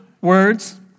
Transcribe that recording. words